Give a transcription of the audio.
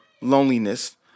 loneliness